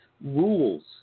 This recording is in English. rules